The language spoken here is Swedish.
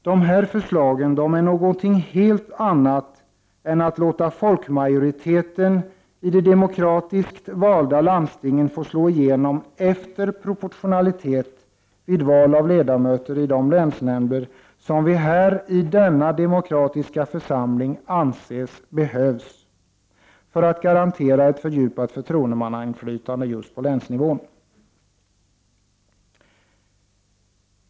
De här förslagen är något helt annat än att låta folkmajoriteten i de demokratiskt valda landstingen få slå igenom efter proportionalitet, vid val av ledamöter i de länsnämnder som vi här i denna demokratiska församling anser behöver finnas för att garantera ett fördjupat förtroendemannainflytande på länsnivå.